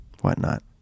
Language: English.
whatnot